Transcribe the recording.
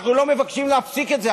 אנחנו לא מבקשים להפסיק את זה.